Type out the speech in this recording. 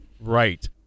Right